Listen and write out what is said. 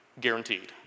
guaranteed